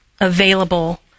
available